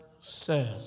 says